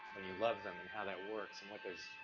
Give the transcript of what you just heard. when you love them, and how that works, and what there's,